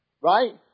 Right